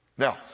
Now